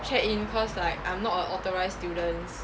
check in cause like I'm not a authorized students